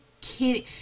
kidding